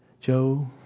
Joe